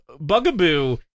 bugaboo